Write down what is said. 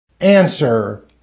Answer